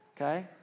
Okay